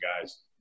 guys